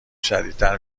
شدیدتر